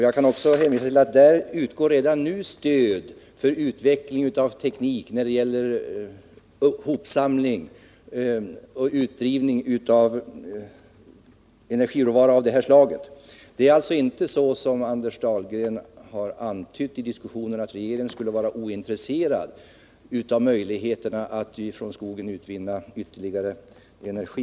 Jag kan också hänvisa till att det redan nu utgår stöd för utveckling av teknik när det gäller hopsamling och utdrivning av energiråvara av detta slag. Det är alltså inte så som Anders Dahlgren har antytt i diskussionen, att regeringen skulle vara ointresserad av möjligheterna att från skogen utvinna ytterligare energi.